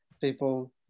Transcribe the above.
people